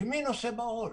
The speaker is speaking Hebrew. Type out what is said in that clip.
מי נושא בעול?